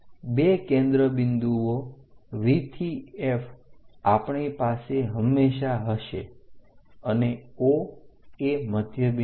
બે કેન્દ્ર બિંદુઓ V થી F આપણી પાસે હંમેશા હશે અને O એ મધ્યબિંદુ છે